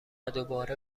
دوباره